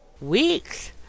Weeks